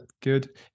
good